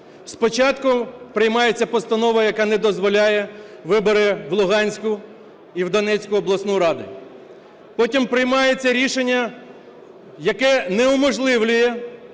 Спочатку приймається постанова, яка не дозволяє вибори в Луганську і в Донецьку обласні ради. Потім приймається рішення, яке унеможливлює